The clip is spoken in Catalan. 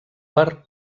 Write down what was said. per